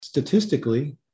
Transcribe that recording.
Statistically